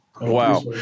Wow